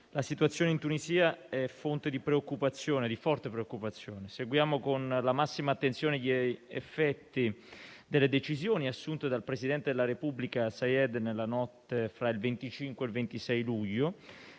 La situazione in Tunisia è fonte di forte preoccupazione. Seguiamo con la massima attenzione gli effetti delle decisioni assunte dal presidente della Repubblica Saïed nella notte fra il 25 e il 26 luglio.